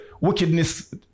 wickedness